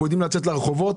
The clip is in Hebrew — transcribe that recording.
אנחנו יודעים לצאת לרחובות